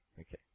Okay